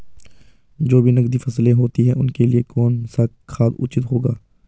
जो भी नकदी फसलें होती हैं उनके लिए कौन सा खाद उचित होगा?